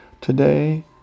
Today